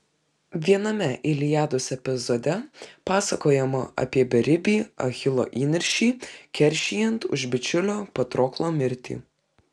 viename iliados epizode pasakojama apie beribį achilo įniršį keršijant už bičiulio patroklo mirtį